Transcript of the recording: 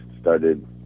started